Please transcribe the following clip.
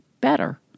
better